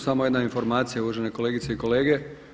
Samo jedna informacija, uvažene kolegice i kolege.